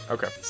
Okay